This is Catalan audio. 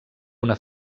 una